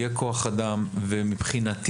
יהיה כוח אדם ומבחינתי,